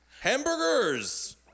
Hamburgers